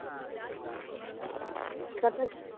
Kathakali